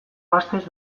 gaztez